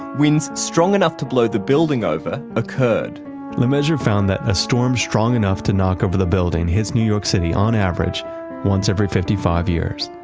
winds strong enough to blow the building over, occurred lemessurier found that a storm strong enough to knock over the building hits new york city on average once every fifty five years.